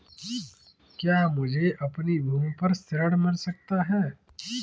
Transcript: क्या मुझे अपनी भूमि पर ऋण मिल सकता है?